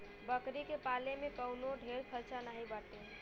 बकरी के पाले में कवनो ढेर खर्चा नाही बाटे